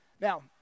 Now